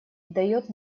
дает